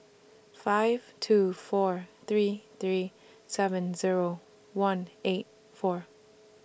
five two four three three seven Zero one eight four